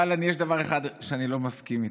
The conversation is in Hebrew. אבל יש דבר אחד שעליו אני לא מסכים איתך,